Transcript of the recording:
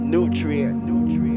Nutrient